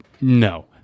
no